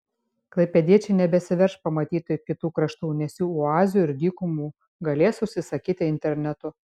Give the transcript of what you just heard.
klaipėdiečiai nebesiverš pamatyti kitų kraštų nes jų oazių ir dykumų galės užsisakyti internetu